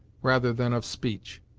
rather than of speech.